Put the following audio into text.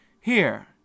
Here